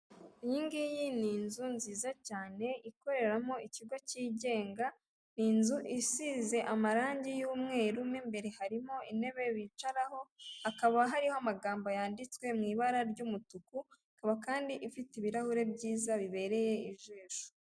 Iyingiyi ni inzu nziza cyane ikoreramo ikigo cyigenga, ni inzu isize amarangi y'umweru mu imbere harimo intebe bicaraho hakaba hariho amagambo yanditswe mu ibara ry'umutuku, ikaba kandi ifite ibirahure byiza bibereye ijisho.